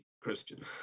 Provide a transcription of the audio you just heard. Christian